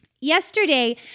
Yesterday